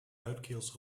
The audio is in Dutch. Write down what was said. luidkeels